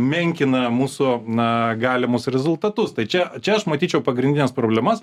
menkina mūsų na galimus rezultatus tačiau čia aš matyčiau pagrindines problemas